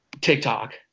tiktok